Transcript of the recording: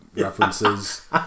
references